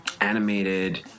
animated